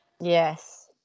Yes